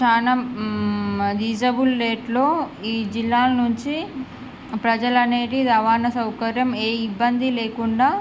చాలా అది రీసనబుల్ రేట్లో ఈ జిల్లాల నుంచి ప్రజలు అనేది రవాణా సౌకర్యం ఏ ఇబ్బంది లేకుండా